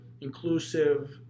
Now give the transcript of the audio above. inclusive